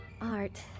Art